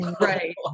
Right